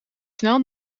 snel